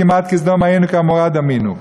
כמעט כסדֹם היינו לעמֹרה דמינו".